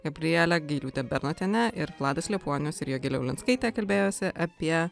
gabrielė gailiūtė bernotienė ir vladas liepuonius ir jogilė ulinskaitė kalbėjosi apie